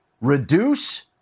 reduce